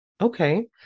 Okay